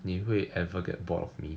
妳会 ever get bored of me